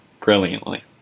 brilliantly